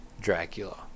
Dracula